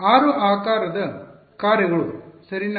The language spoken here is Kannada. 6 ಆಕಾರದ ಕಾರ್ಯಗಳು ಸರಿನಾ